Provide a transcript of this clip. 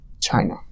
China